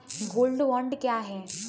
Gold bond क्या है?